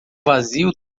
vazio